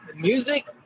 music